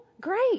great